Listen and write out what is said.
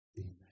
Amen